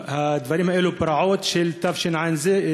הדברים האלה הם פרעות של תשע"ז,